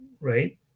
right